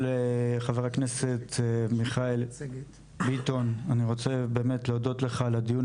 ח"כ מיכאל ביטון אני רוצה באמת להודות לך על הדיון